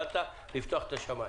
ברת"א לפתוח את השמיים.